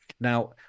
now